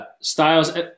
styles